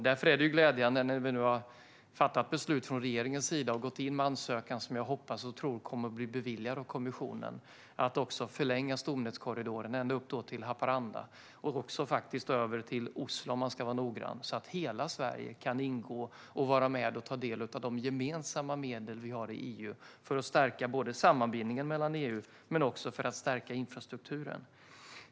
Därför är det glädjande när vi nu har fattat beslut från regeringens sida och gått in med en ansökan, som jag hoppas och tror kommer att bli beviljad av kommissionen, om att förlänga stomnätskorridoren ända upp till Haparanda och faktiskt också, om man ska vara noggrann, över till Oslo så att hela Sverige kan vara med och ta del av de gemensamma medel som vi har i EU för att stärka sammanbindningen inom EU och för att stärka infrastrukturen.